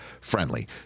friendly